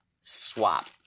SWAP